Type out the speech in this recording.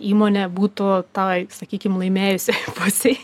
įmonė būtų toj sakykim laimėjusioj pusėj